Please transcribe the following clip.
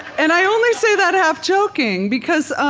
and i only say that half joking because,